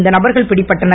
இந்த நபர்கள் பிடிபட்டனர்